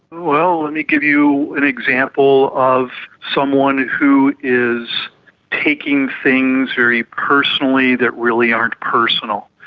well, let me give you an example of someone who is taking things very personally that really aren't personal.